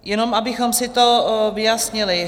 Jen abychom si to vyjasnili.